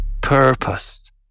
Purpose